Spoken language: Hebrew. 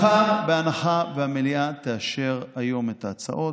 מחר, בהנחה שהמליאה תאשר היום את ההצעות,